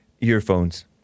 earphones